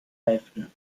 eifel